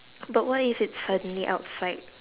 but what if it's suddenly outside